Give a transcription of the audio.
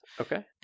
Okay